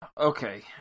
Okay